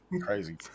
Crazy